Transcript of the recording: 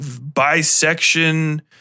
bisection